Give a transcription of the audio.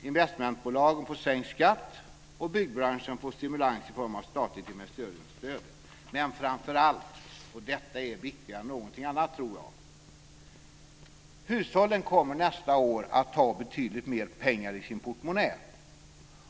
Investmentbolagen får sänkt skatt och byggbranschen får stimulans i form av ett statligt investeringsstöd. Men framför allt - och detta är viktigare än någonting annat - kommer hushållen nästa år att ha betydligt mer pengar i sina portmonnäer.